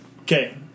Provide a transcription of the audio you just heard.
Okay